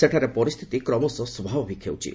ସେଠାରେ ପରିସ୍ଥିତି କ୍ରମଶଃ ସ୍ୱାଭାବିକ ହେଉଛି